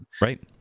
right